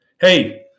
Hey